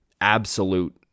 absolute